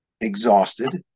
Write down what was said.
exhausted